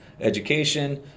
education